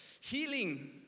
healing